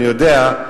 אני יודע,